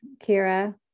Kira